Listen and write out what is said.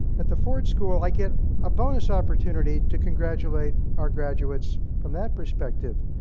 at the ford school, i get a bonus opportunity to congratulate our graduates from that perspective.